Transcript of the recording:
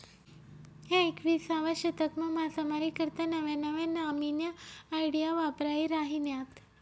ह्या एकविसावा शतकमा मासामारी करता नव्या नव्या न्यामीन्या आयडिया वापरायी राहिन्यात